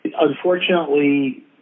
Unfortunately